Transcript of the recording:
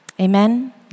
Amen